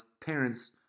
parents